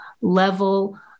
level